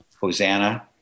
Hosanna